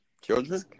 children